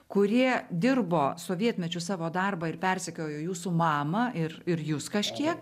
kurie dirbo sovietmečiu savo darbą ir persekiojo jūsų mamą ir ir jus kažkiek